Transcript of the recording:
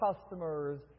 customers